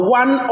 one